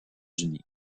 unis